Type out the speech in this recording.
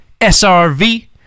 srv